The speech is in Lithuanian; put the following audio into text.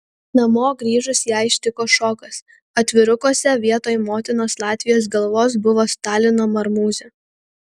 namo grįžus ją ištiko šokas atvirukuose vietoj motinos latvijos galvos buvo stalino marmūzė